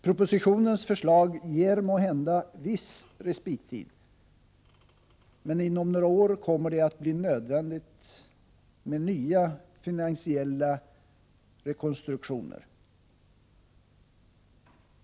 Propositionens förslag ger måhända viss respittid, men inom några år kommer det att bli nödvändigt med nya finansiella rekonstruktioner.